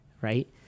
Right